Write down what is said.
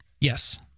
Yes